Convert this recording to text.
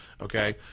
Okay